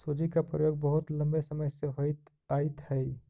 सूजी का प्रयोग बहुत लंबे समय से होइत आयित हई